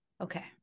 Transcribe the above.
okay